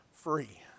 Free